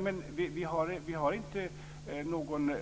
Fru talman! Vi har inte någon